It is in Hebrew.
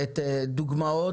הדרך שלנו להשיג לקוחות,